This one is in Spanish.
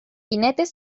jinetes